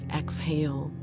exhale